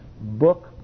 Book